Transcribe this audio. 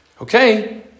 okay